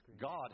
God